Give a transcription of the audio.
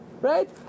right